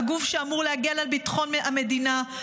הגוף שאמור להגן על ביטחון המדינה,